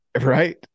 right